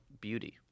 beauty